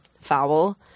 foul